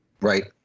Right